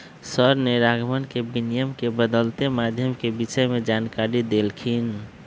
sir ने राघवन के विनिमय के बदलते माध्यम के विषय में जानकारी देल खिन